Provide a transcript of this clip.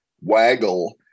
waggle